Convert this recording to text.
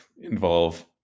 involve